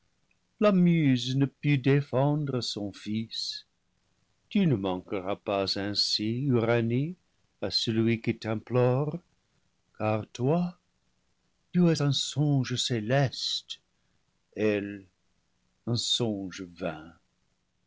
la muse ne put défendre son fils tu ne manqueras pas ainsi uranie à celui qui t'implore car toi tu es un songe céleste elle un songe vain